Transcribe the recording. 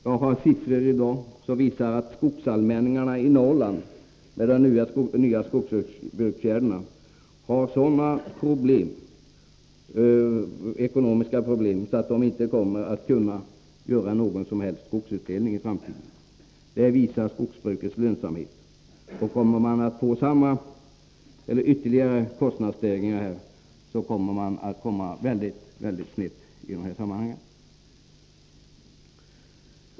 Jag har i dag siffror som visar att med de nya skogsbruksåtgärderna har man sådana ekonomiska problem när det gäller skogsallmänningarna i Norrland, att de inte kommer att kunna ge någon som helst skogsutdelning i framtiden. Det visar skogsbrukets lönsamhet. Och får man ytterligare kostnadsstegringar kommer man att hamna mycket snett i dessa sammanhang.